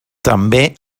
també